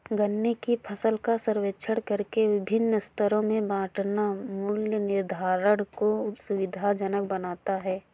गन्ने की फसल का सर्वेक्षण करके विभिन्न स्तरों में बांटना मूल्य निर्धारण को सुविधाजनक बनाता है